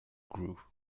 grew